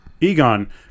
Egon